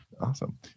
Awesome